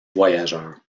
voyageurs